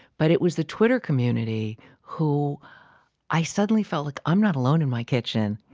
but it was the twitter community who i suddenly felt like i'm not alone in my kitchen